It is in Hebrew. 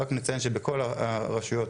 רק נציין שבכל הרשויות,